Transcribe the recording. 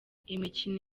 imikino